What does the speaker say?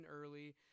early